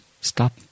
stop